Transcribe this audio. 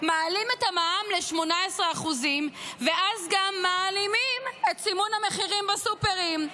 מעלים את המע"מ ל-18% ואז גם מעלימים את סימון המחירים בסופרים.